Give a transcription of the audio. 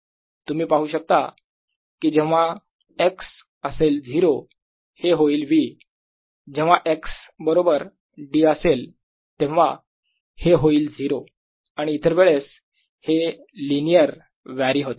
तुम्ही पाहू शकता कि जेव्हा x असेल 0 हे होईल V जेव्हा x बरोबर d असेल तेव्हा हे होईल 0 आणि इतर वेळेस हे लिनियर व्ह्यारी होते